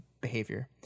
behavior